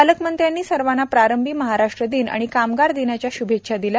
पालकमंत्र्यांनी सर्वाना प्रारंभी महाराष्ट्र दिन व कामगार दिनाच्या श्भेच्छा दिल्या